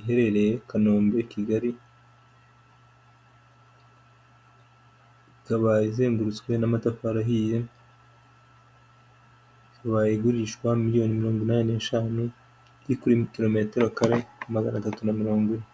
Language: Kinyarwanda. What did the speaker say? iherereye Kanombe Kigali, ikaba izengurutswe n'amatafari ahiye, ikaba igurishwa miliyoni mirongo inani n'eshanu, iri kuri kilometero kare magana atatu na mirongo ine.